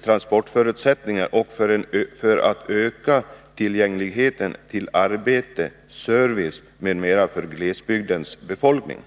transportförutsättningar och för att öka tillgängligheten till arbete, service, m.m. för glesbygdens befolkning.